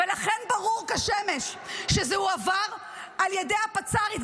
ולכן ברור כשמש שזה הועבר על ידי הפצ"רית,